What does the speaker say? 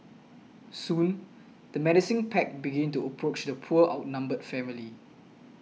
soon the menacing pack began to approach the poor outnumbered family